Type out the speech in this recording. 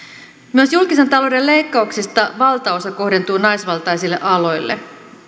myös julkisen talouden leikkauksista valtaosa kohdentuu naisvaltaisille aloille